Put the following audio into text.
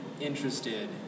interested